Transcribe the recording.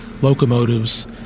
locomotives